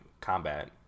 combat